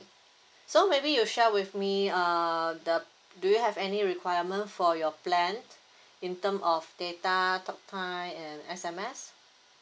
so maybe you share with me err the do you have any requirement for your plan in term of data talk time and S_M_S